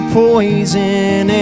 poison